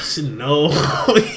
no